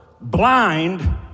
blind